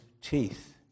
teeth